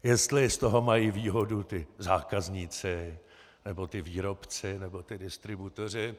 Jestli z toho mají výhodu ti zákazníci, nebo ti výrobci, nebo ti distributoři.